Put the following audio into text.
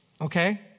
Okay